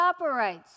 operates